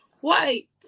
white